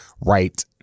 right